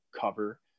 cover